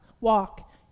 walk